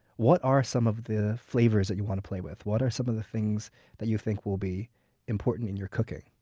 what are some of the flavors that you want to play with? what are some of the things that you think will be important in your cooking?